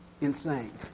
insane